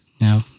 No